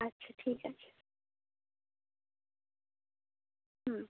আচ্ছা ঠিক আছে হুম